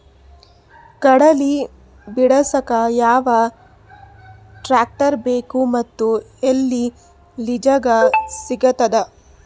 ಕಡಲಿ ಬಿಡಸಕ್ ಯಾವ ಟ್ರ್ಯಾಕ್ಟರ್ ಬೇಕು ಮತ್ತು ಎಲ್ಲಿ ಲಿಜೀಗ ಸಿಗತದ?